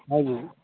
हजुर